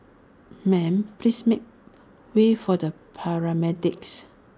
ma'am please make way for the paramedics